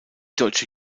deutsche